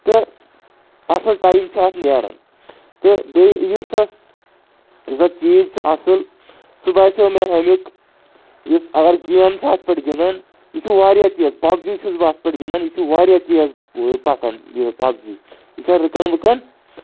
تہٕ اَصٕل ٹایم چھُ اَتھ نیران تہٕ بیٚیہِ یُس اَتھ زٕ چیٖز چھِ اَصٕل سُہ باسیٚو مےٚ اَمیُٚک یُس اگر گیم چھُ اَتھ پٮ۪ٹھ گِنٛدان یہِ چھُ واریاہ تیز پَبجی چھُس بہٕ اَتھ پٮ۪ٹھ گِنٛدان یہِ چھُ واریاہ تیز پَکان یہِ پَبجی یہِ چھَنہٕ رُکان وُکان